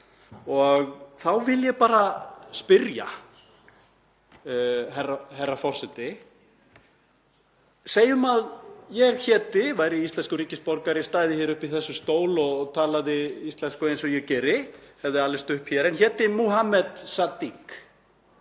Þá vil ég spyrja, herra forseti: Segjum að ég væri íslenskur ríkisborgari, stæði í þessum stól og talaði íslensku eins og ég geri, hefði alist upp hér, en héti Múhameð Sadiq.